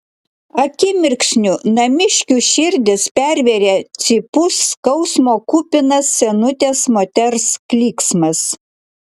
akimirksniu namiškių širdis pervėrė cypus skausmo kupinas senutės moters klyksmas